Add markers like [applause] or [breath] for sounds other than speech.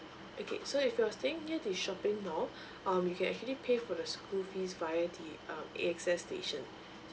okay so if you're staying near this shopping mall [breath] um you can actually pay for the school fees via the uh A_X_S station